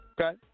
okay